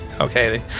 Okay